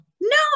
no